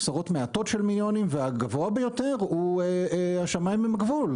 שקלים, והגבוה ביותר השמיים הם הגבול.